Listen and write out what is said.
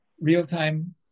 real-time